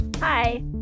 Hi